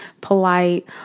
polite